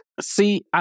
See